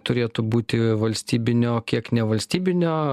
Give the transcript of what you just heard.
turėtų būti valstybinio o kiek nevalstybinio